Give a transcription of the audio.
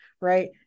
right